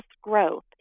growth